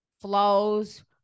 flows